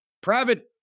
private